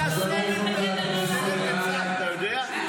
--- אתה יודע?